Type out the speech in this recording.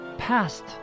past